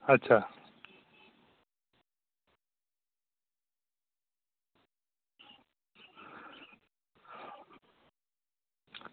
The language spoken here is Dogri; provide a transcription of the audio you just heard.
अच्छा